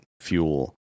fuel